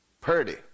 Purdy